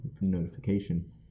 notification